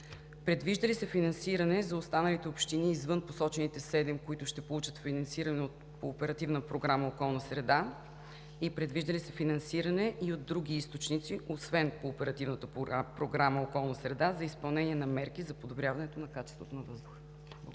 предвижда ли се финансиране за останалите общини, извън посочените седем, които ще получат финансиране по Оперативна програма „Околна среда“ и предвижда ли се финансиране и от други източници освен Оперативната програма „Околна среда“ за изпълнение на мерки за подобряването на качеството на въздуха?